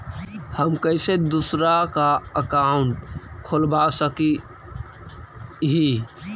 हम कैसे दूसरा का अकाउंट खोलबा सकी ही?